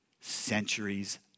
centuries